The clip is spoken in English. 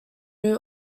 new